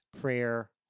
prayer